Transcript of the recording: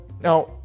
Now